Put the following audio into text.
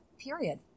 period